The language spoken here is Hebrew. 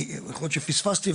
יכו להיות שפספסתי,